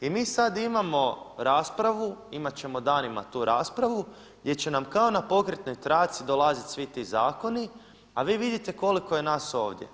I mi sad imamo raspravu, imat ćemo danima tu raspravu gdje će nam kao na pokretnoj traci dolaziti svi ti zakoni a vi vidite koliko je nas ovdje.